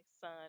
son